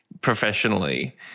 professionally